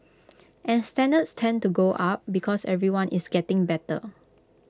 and standards tend to go up because everyone is getting better